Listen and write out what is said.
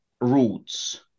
roots